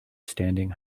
standing